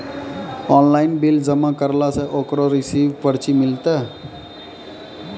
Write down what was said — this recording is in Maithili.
ऑनलाइन बिल जमा करला से ओकरौ रिसीव पर्ची मिलतै?